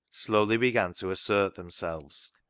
slowly began to assert themselves,